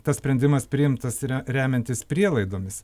tas sprendimas priimtas re remiantis prielaidomis